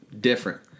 different